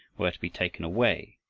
were to be taken away,